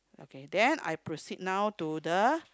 okay then I proceed now to the